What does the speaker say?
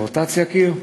רוטציה כאילו?